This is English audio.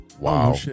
Wow